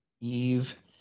Eve